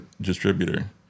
distributor